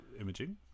imaging